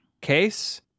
case